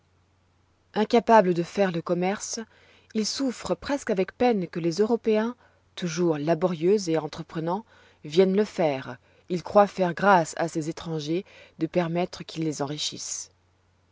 incapables de faire le commerce ils souffrent presque avec peine que les européens toujours laborieux et entreprenants viennent le faire ils croient faire grâce à ces étrangers de permettre qu'ils les enrichissent